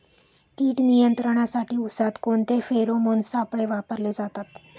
कीड नियंत्रणासाठी उसात कोणते फेरोमोन सापळे वापरले जातात?